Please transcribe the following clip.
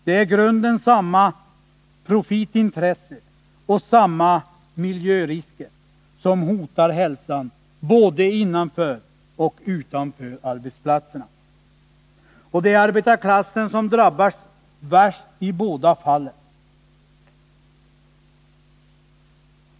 Det är i grunden samma profitintresse och samma miljörisker som hotar hälsan både innanför och utanför arbetsplatserna. Det är arbetarklassen som drabbas värst i båda fallen.